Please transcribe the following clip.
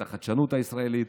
את החדשנות הישראלית,